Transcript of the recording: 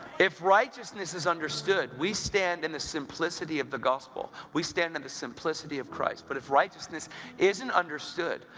if righteousness is understood, we stand in the simplicity of the gospel. we stand in the simplicity of christ. but if righteousness isn't understood,